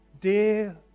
Dear